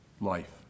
life